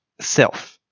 self